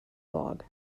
blog